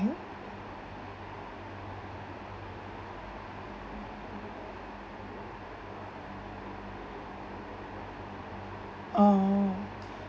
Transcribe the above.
oo